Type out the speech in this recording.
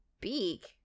beak